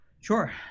Sure